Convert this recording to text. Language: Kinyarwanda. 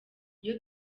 iyo